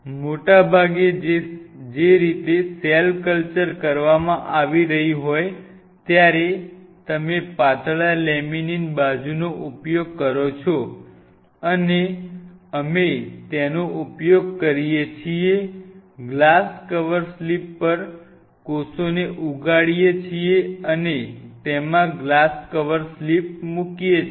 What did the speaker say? મોટાભાગે જે રીતે સેલ કલ્ચર કરવામાં આવી રહી હોય ત્યારે તમે પાતળા લેમિનીન બાજુનો ઉપયોગ કરો છો અને અમે તેનો ઉપયોગ કરીએ છીએ ગ્લાસ કવર સ્લિપ પર કોષોને ઉગાડીએ છીએ અને તેમાં ગ્લાસ કવર સ્લિપ મૂકીએ છીએ